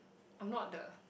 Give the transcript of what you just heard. I'm not the